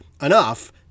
enough